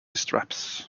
straps